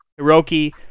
Hiroki